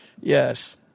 Yes